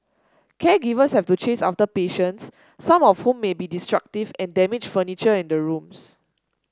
caregivers have to chase after patients some of whom may also be destructive and damage furniture in the rooms